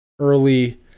Early